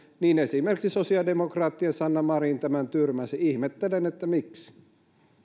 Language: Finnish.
niin esimerkiksi sosiaalidemokraattien sanna marin tämän tyrmäsi ihmettelen miksi